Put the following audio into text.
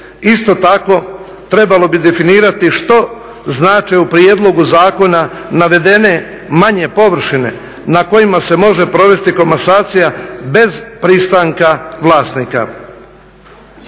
Isto tako trebalo bi definirati što znači u prijedlogu zakona navedene manje površine na kojima se može provesti komasacija bez pristanka vlasnika.